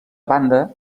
banda